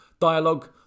dialogue